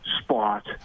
spot